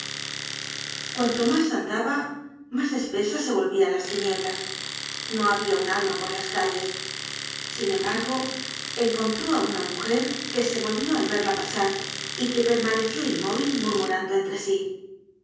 cuanto mas andaba mas espesas se volvian la tinieblas no habia un alma por las calles sin embargo encontró á una mujer que se volvió al verla pasar y que permaneció inmóvil murmurando entre sí